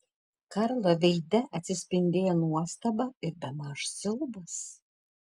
karlo veide atsispindėjo nuostaba ir bemaž siaubas